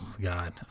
God